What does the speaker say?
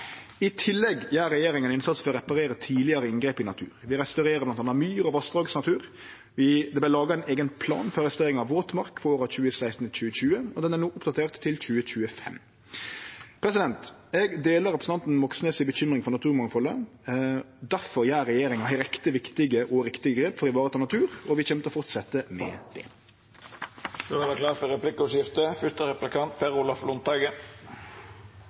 I tillegg gjer regjeringa ein innsats for å reparere tidlegare inngrep i naturen. Vi restaurerer bl.a. myr- og vassdragsnatur. Det vart laga ein eigen plan for restaurering av våtmark for 2016–2020, og planen er no oppdatert til 2025. Eg deler representanten Moxnes si bekymring for naturmangfaldet. Difor tek regjeringa ei rekkje viktige og riktige grep for å ta vare på natur, og vi kjem til å fortsetje med det. Det vert replikkordskifte. Økologisk grunnkart skal fylle samfunnets behov for